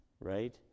right